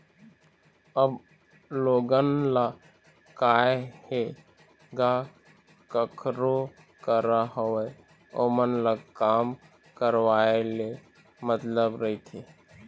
अब लोगन ल काय हे गा कखरो करा होवय ओमन ल काम करवाय ले मतलब रहिथे